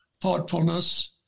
thoughtfulness